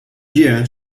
year